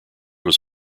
was